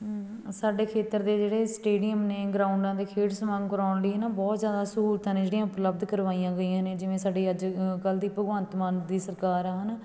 ਸਾਡੇ ਖੇਤਰ ਦੇ ਜਿਹੜੇ ਸਟੇਡੀਅਮ ਨੇ ਗਰਾਉਂਡਾਂ ਦੇ ਖੇਡ ਸਮਾਗਮ ਕਰਵਾਉਣ ਲਈ ਹੈ ਨਾ ਬਹੁਤ ਜ਼ਿਆਦਾ ਸਹੂਲਤਾਂ ਨੇ ਜਿਹੜੀਆਂ ਉਪਲਬਧ ਕਰਵਾਈਆਂ ਗਈਆਂ ਨੇ ਜਿਵੇਂ ਸਾਡੀ ਅੱਜ ਕੱਲ੍ਹ ਦੀ ਭਗਵੰਤ ਮਾਨ ਦੀ ਸਰਕਾਰ ਹੈ ਨਾ